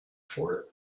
for